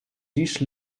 dish